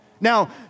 Now